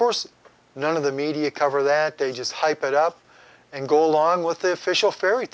course none of the media cover that they just hype it up and go along with the official fairy